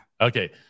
Okay